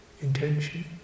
intention